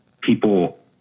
people